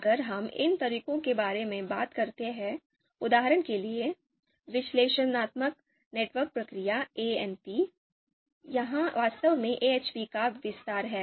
अगर हम इन तरीकों के बारे में बात करते हैं उदाहरण के लिए विश्लेषणात्मक नेटवर्क प्रक्रिया एएनपी यह वास्तव में AHP का विस्तार है